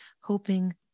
hoping